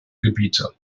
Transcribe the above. gebiete